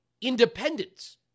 independence